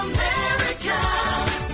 America